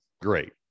great